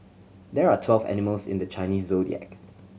there are twelve animals in the Chinese Zodiac